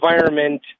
environment